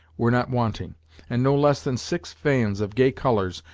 were not wanting and no less than six fans, of gay colors,